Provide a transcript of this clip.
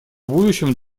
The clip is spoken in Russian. будущем